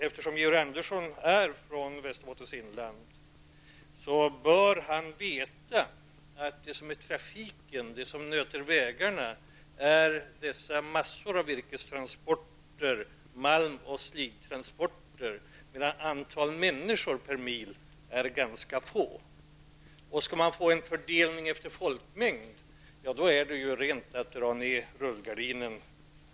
Eftersom Georg Andersson är från Västerbottens inland, bör han vara medveten om att det är virkes-, malm och sliptransporterna som står för slitaget på vägarna, samtidigt som antalet människor per mil är ganska lågt. Om fördelningen skall ske efter folkmängd, vore det som att definitivt dra ner rullgardinen.